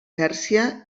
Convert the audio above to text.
pèrsia